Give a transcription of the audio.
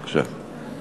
בבקשה.